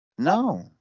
No